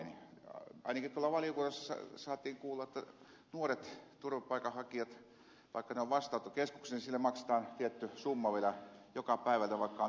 ainakin tuolla valiokunnassa saatiin kuulla että nuorille turvapaikanhakijoille vaikka ne ovat vastaanottokeskuksissa maksetaan sinne tietty summa vielä joka päivältä vaikka on täysi ylöspito